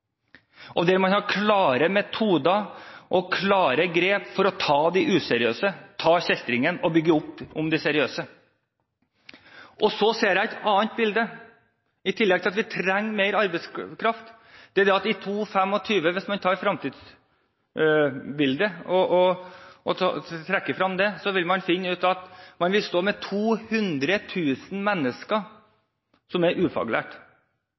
og der man har klare metoder og klare grep for å ta de useriøse, ta kjeltringene, og støtte opp om de seriøse. Jeg ser også et annet bilde, i tillegg til at vi trenger mer arbeidskraft: I 2025 – hvis man trekker frem det fremtidsbildet – vil man finne ut at man har 200 000 mennesker som er ufaglært.